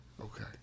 okay